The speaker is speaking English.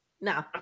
No